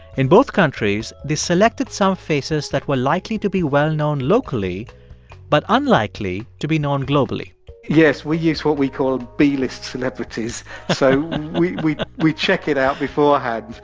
in both countries, they selected some faces that were likely to be well-known locally but unlikely to be known globally yes, we use what we call b-list celebrities so and we we check it out beforehand,